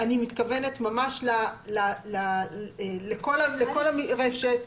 אני מתכוונת ממש לכל הרשת?